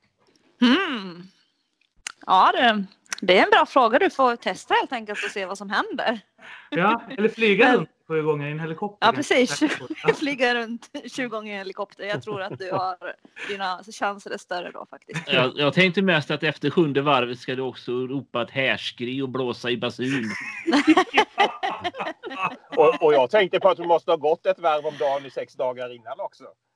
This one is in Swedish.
Mm. Ja, det- det är en bra fråga. Du får testa helt enkelt och se vad som händer. Ja, eller flyga Men- runt sju gånger i en helikopter. Ja, Kanske. precis. Flyga runt sju gånger i en helikopter. Jag tror att du har- dina chanser är större då, faktiskt. Ja. Jag- jag tänkte mest att efter sjunde varvet ska du också ropa ett härskri och blåsa i basun. Och- och jag tänkte på att du måste ha gått ett varv om dagen i sex dagar innan också.